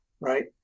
right